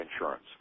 insurance